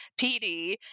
PD